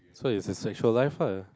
so it's your sexual life uh